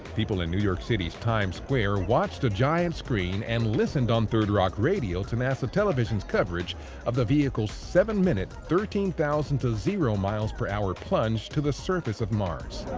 people in new york city's times square watched a giant screen and listened on third rock radio to nasa television's coverage of the vehicle's seven minute, thirteen thousand to zero miles per hour plunge to the surface of mars.